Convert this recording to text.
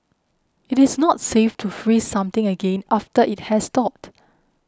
it is not safe to freeze something again after it has thawed